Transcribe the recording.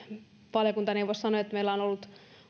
valiokuntaneuvos sanoi että meillä on ollut